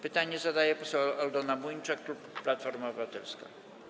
Pytanie zadaje poseł Aldona Młyńczak, klub Platforma Obywatelska.